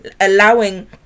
allowing